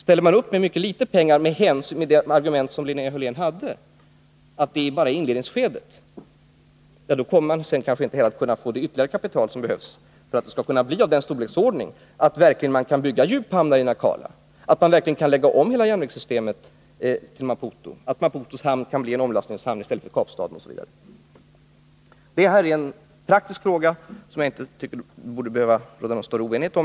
Ställer man upp med ytterst litet pengar och stöder sig på det argument som Linnea Hörlén hade att det bara är fråga om inledningsskedet, kommer man kanske inte heller senare att kunna få fram det ytterligare kapital som behövs för att det skall bli i den storleksordningen, att det verkligen går att bygga djuphamnar i Nacala, lägga om hela järnvägssystemet i Maputo och se till att Maputos hamn kan bli en omlastningshamn i stället för Kapstadens osv. Detta är en praktisk fråga som det inte borde behöva råda någon större oenighet om.